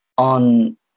on